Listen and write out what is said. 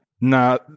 Now